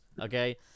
okay